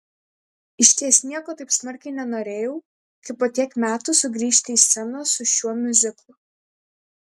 išties nieko taip smarkiai nenorėjau kaip po tiek metų sugrįžti į sceną su šiuo miuziklu